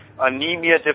anemia